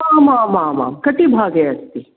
आम् आम् आम् आं कटिभागे अस्ति